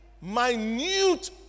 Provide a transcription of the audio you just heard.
minute